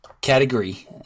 category